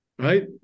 Right